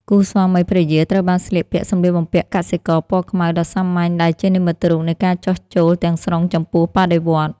គូស្វាមីភរិយាត្រូវបានស្លៀកពាក់សម្លៀកបំពាក់កសិករពណ៌ខ្មៅដ៏សាមញ្ញដែលជានិមិត្តរូបនៃការចុះចូលទាំងស្រុងចំពោះបដិវត្តន៍។